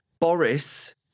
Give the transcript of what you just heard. Boris